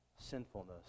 sinfulness